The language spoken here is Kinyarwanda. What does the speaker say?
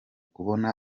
kubona